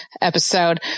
episode